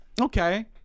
Okay